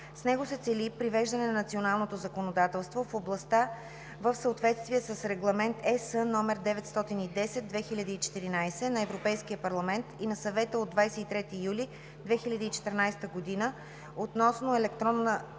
С него се цели привеждане на националното законодателство в областта в съответствие с Регламент (ЕС) № 910/2014 на Европейския парламент и на Съвета от 23 юли 2014 г. относно електронната